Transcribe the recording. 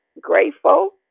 grateful